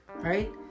right